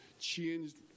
changed